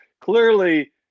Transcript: clearly